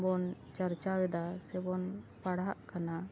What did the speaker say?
ᱵᱚᱱ ᱪᱟᱨᱪᱟ ᱮᱫᱟ ᱥᱮ ᱵᱚᱱ ᱯᱟᱲᱦᱟᱜ ᱠᱟᱱᱟ